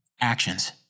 Actions